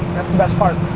that's the best part.